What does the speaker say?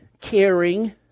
caring